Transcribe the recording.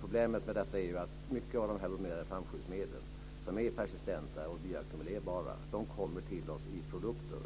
Problemet är att mycket av de bromerade flamskyddsmedlen, som är persistenta och bioackumulerbara, kommer till oss i produkter.